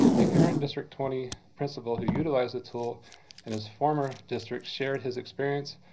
a current district twenty principal who utilized the tool in his former district shared his experience,